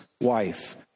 wife